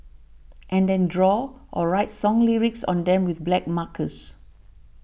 and then draw or write song lyrics on them with black markers